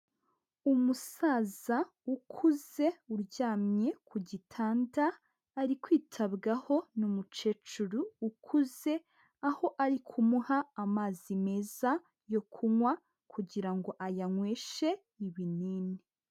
Umusaza ukuze uryamye ku gitanda, ari kwitabwaho n'umukecuru ukuze, aho ari kumuha amazi meza yo kunywa, kugira ngo ayanyweshe ibinini.